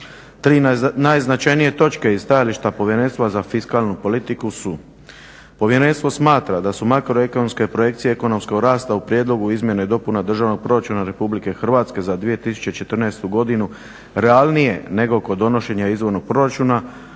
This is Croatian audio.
Tri najznačajnije točke iz stajališta Povjerenstva za fiskalnu politiku su: povjerenstvo smatra da su makroekonomske projekcije ekonomskog rasta u prijedlogu izmjene i dopuna Državnog proračuna RH za 2014.godinu realnije nego kod donošenja izvornog proračuna,